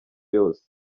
yose